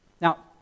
Now